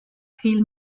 viel